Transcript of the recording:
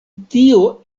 tio